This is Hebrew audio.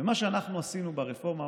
מה שאנחנו עשינו ברפורמה,